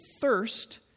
thirst